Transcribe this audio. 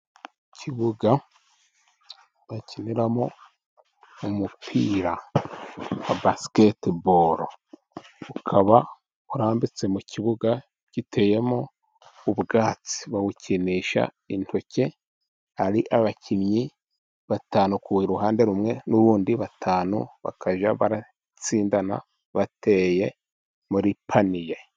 Kibuga bakiniramo umupira wa basikete boro, ukaba urarambitse mu kibuga giteyemo ubwatsi bawukinisha intoki. Hari abakinnyi batanu ku ruhande rumwe n'urundi batanu bakajya baratsindana bateye muri paniye.